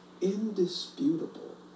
indisputable